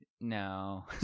no